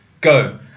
Go